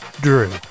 Drew